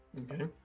Okay